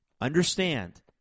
Understand